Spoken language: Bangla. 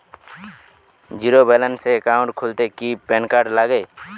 জীরো ব্যালেন্স একাউন্ট খুলতে কি প্যান কার্ড লাগে?